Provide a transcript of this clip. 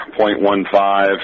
0.15